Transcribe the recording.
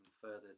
further